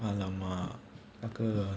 !alamak! 那个